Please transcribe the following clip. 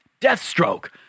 Deathstroke